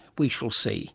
we shall see